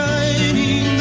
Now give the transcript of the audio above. Shining